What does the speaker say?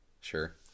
sure